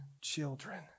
children